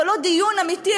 אבל לא דיון אמיתי,